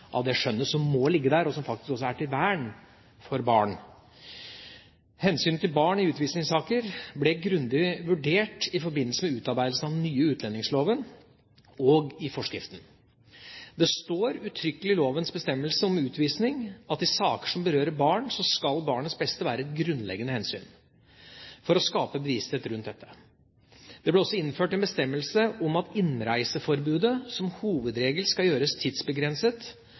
av det skjønnet som må ligge der, og som faktisk også er til vern for barn. Hensynet til barn i utvisningssaker ble grundig vurdert i forbindelse med utarbeidelsen av den nye utlendingsloven, og i forskriften. Det står uttrykkelig i lovens bestemmelse om utvisning at i saker som berører barn, skal barnets beste være et grunnleggende hensyn, for å skape bevissthet rundt dette. Det ble også innført en bestemmelse om at innreiseforbudet som hovedregel skal gjøres tidsbegrenset